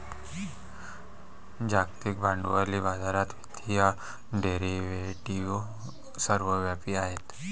जागतिक भांडवली बाजारात वित्तीय डेरिव्हेटिव्ह सर्वव्यापी आहेत